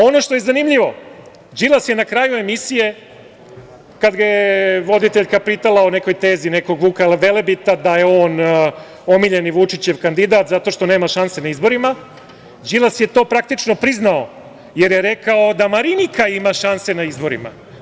Ono što je zanimljivo, Đilas je na kraju emisije, kad ga je voditeljka pitala o nekoj tezi, nekog Vuka Velebita, da je on omiljeni Vučićev kandidat zato što nema šanse na izborima, Đilas je to praktično priznao, jer je rekao da Marinika ima šanse na izborima.